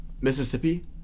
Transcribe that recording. Mississippi